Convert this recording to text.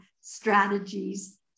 strategies